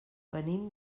venim